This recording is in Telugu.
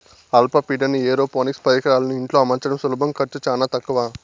అల్ప పీడన ఏరోపోనిక్స్ పరికరాలను ఇంట్లో అమర్చడం సులభం ఖర్చు చానా తక్కవ